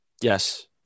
Yes